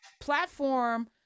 platform